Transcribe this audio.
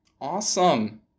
Awesome